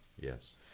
Yes